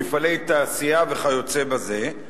מפעלי תעשייה וכיוצא בזה,